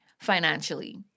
financially